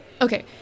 Okay